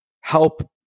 help